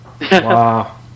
Wow